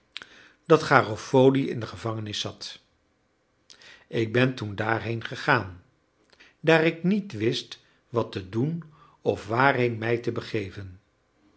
dat garofoli in de gevangenis zat ik ben toen daarheen gegaan daar ik niet wist wat te doen of waarheen mij te begeven